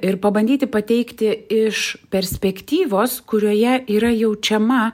ir pabandyti pateikti iš perspektyvos kurioje yra jaučiama